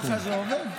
ככה זה עובד?